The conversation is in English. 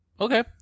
Okay